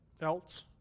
else